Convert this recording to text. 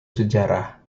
sejarah